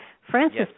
Francis